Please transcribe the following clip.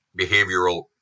behavioral